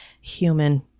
human